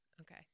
Okay